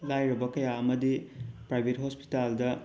ꯂꯥꯏꯔꯕ ꯀꯌꯥ ꯑꯃꯗꯤ ꯄ꯭ꯔꯥꯏꯕꯦꯠ ꯍꯣꯁꯄꯤꯇꯥꯜꯗ